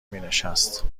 مینشست